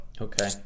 Okay